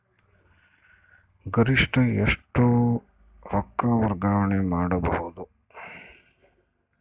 ಗರಿಷ್ಠ ಎಷ್ಟು ರೊಕ್ಕ ವರ್ಗಾವಣೆ ಮಾಡಬಹುದು?